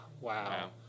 wow